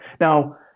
Now